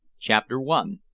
chapter one.